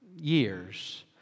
years